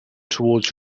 toward